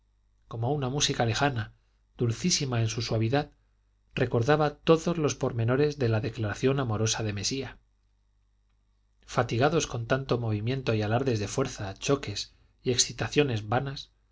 como una música lejana dulcísima en su suavidad recordaba todos los pormenores de la declaración amorosa de mesía fatigados con tanto movimiento y alardes de fuerza choques y excitaciones vanas